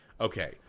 Okay